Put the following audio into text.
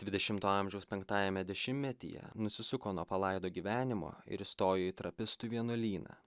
dvidešimto amžiaus penktajame dešimtmetyje nusisuko nuo palaido gyvenimo ir stojo į trapistų vienuolyną